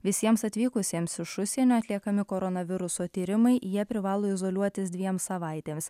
visiems atvykusiems iš užsienio atliekami koronaviruso tyrimai jie privalo izoliuotis dviem savaitėms